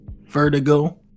vertigo